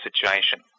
situation